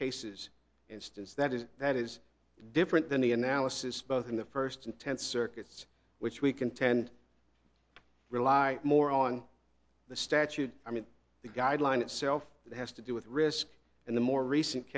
cases instance that is that is different than the analysis both in the first and tenth circuits which we contend rely more on the statute i mean the guideline itself that has to do with risk and the more recent